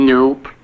Nope